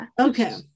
Okay